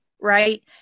right